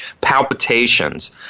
palpitations